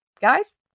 guys